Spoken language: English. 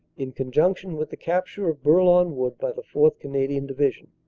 in conjunction with the capture of bourlon wood by the fourth. canadian division.